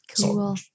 Cool